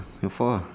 your fault lah